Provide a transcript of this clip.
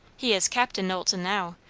he is captain knowlton now,